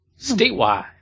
Statewide